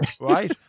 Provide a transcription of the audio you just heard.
Right